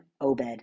Obed